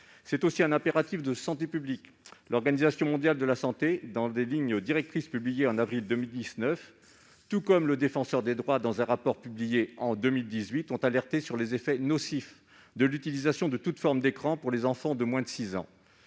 répond aussi à un impératif de santé publique : l'Organisation mondiale de la santé, l'OMS, dans des lignes directrices publiées en avril 2019, comme le Défenseur des droits, dans un rapport publié en 2018, ont alerté sur les effets nocifs de l'utilisation de toute forme d'écran pour les enfants de moins de six ans.